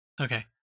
Okay